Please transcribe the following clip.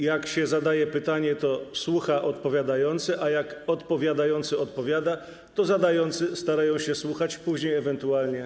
Jak się zadaje pytanie, to słucha odpowiadający, a jak odpowiadający odpowiada, to zadający starają się słuchać, a później ewentualnie.